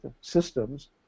systems